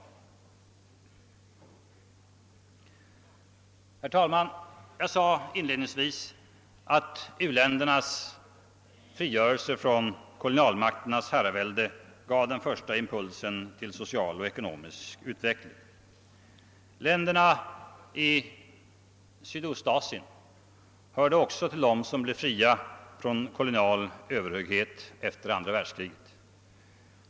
Herr talman! Jag sade inledningsvis att u-ländernas frigörelse från kolonialmakternas herravälde gav den första impulsen till social och ekonomisk utveckling. Länderna i Sydostasien hörde också till dem som blev fria från kolonial överhöghet efter andra världskriget.